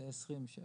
זה 20 שקל.